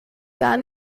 gar